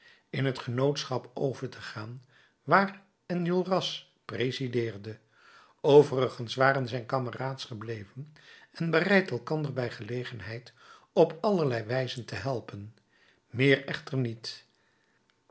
in het genootschap over te gaan waar enjolras presideerde overigens waren zij kameraads gebleven en bereid elkander bij gelegenheid op allerlei wijzen te helpen meer echter niet